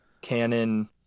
canon